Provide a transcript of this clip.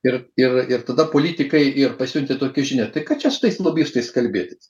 ir ir ir tada politikai ir pasiuntę tokių žinia tai kad čia su tais lobistais kalbėtis